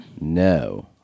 no